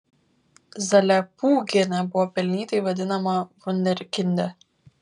zalepūgienė buvo pelnytai vadinama vunderkinde